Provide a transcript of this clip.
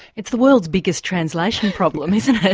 it's the world's biggest translation problem isn't it?